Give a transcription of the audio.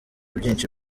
byinshi